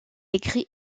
écrit